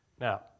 Now